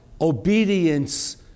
obedience